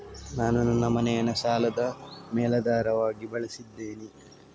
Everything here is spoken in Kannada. ನಾನು ನನ್ನ ಮನೆಯನ್ನು ಸಾಲದ ಮೇಲಾಧಾರವಾಗಿ ಬಳಸಿದ್ದೇನೆ